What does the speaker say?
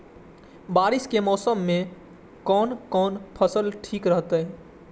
बारिश के मौसम में कोन कोन फसल ठीक रहते?